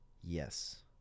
Yes